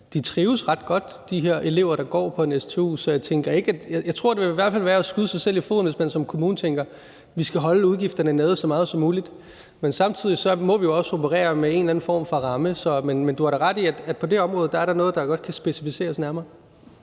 faktisk, at de her elever, der går på en stu, trives ret godt. Så jeg tror i hvert fald, det vil være at skyde sig selv i foden, hvis man som kommune tænker, at man skal holde udgifterne så meget nede som muligt, men samtidig må vi jo også operere med en eller anden form for ramme. Men du har da ret i, at på det område er der noget, der godt kan specificeres nærmere.